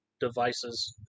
devices